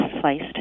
sliced